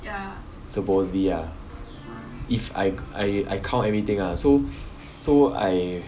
supposedly ah if I I I count everything lah so so I